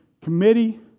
committee